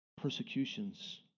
persecutions